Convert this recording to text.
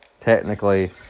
technically